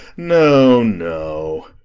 no, no.